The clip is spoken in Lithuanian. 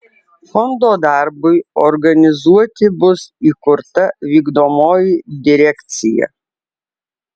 fondo darbui organizuoti bus įkurta vykdomoji direkcija